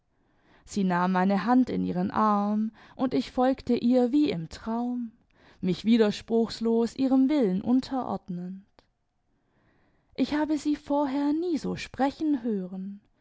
sie nahm meine hand in ihren arm und ich folgte ihr wie im traiun mich widerspruchslos ihrem willen unterordnend ich habe sie vorher nie so sprechen hören